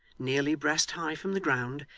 nearly breast high from the ground,